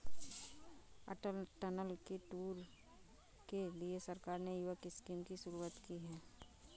अटल tunnel के tour के लिए सरकार ने युवक स्कीम की शुरुआत की है